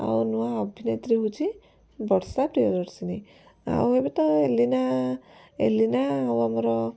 ଆଉ ନୂଆ ଅଭିନେତ୍ରୀ ହେଉଛି ବର୍ଷା ପ୍ରିୟଦର୍ଶିନୀ ଆଉ ଏବେ ତ ଏଲିନା ଏଲିନା ଆଉ ଆମର